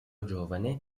giovane